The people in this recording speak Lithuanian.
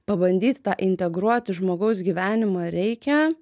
pabandyt tą integruot į žmogaus gyvenimą reikia